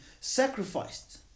sacrificed